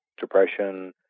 depression